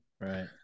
right